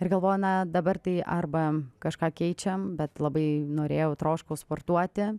ir galvojau na dabar tai arba kažką keičiam bet labai norėjau troškau sportuoti